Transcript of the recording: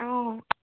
অঁ